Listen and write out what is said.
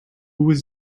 was